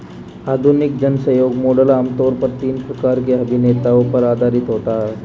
आधुनिक जनसहयोग मॉडल आम तौर पर तीन प्रकार के अभिनेताओं पर आधारित होता है